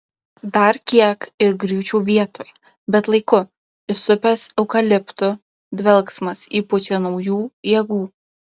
dar kiek ir griūčiau vietoj bet laiku įsupęs eukaliptų dvelksmas įpučia naujų jėgų